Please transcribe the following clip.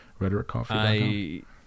rhetoriccoffee.com